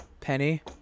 Penny